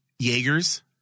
Jaegers